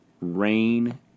rain